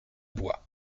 bois